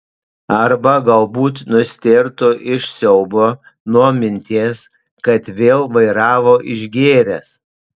arba galbūt nustėrtų iš siaubo nuo minties kad vėl vairavo išgėręs